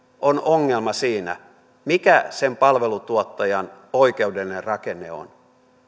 on ongelma siinä mikä sen palveluntuottajan oikeudellinen rakenne on